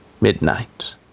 Midnight